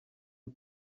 une